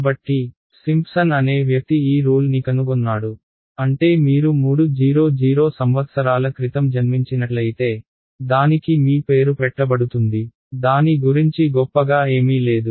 కాబట్టి సింప్సన్ అనే వ్యక్తి ఈ రూల్ ని కనుగొన్నాడు అంటే మీరు 300 సంవత్సరాల క్రితం జన్మించినట్లయితే దానికి మీ పేరు పెట్టబడుతుంది దాని గురించి గొప్పగా ఏమీ లేదు